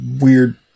weird